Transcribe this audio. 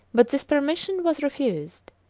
but this permission was refused,